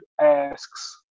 asks